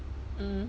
mm